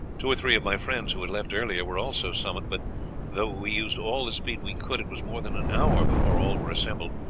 two or three of my friends who had left earlier were also summoned but though we used all the speed we could it was more than an hour before all were assembled.